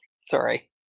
sorry